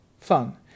fun